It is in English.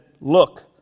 Look